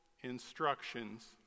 instructions